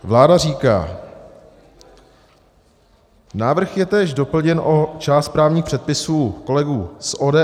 Vláda říká: Návrh je též doplněn o část právních předpisů kolegů z ODS.